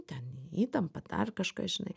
ten įtampa dar kažką žinai